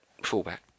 Fullback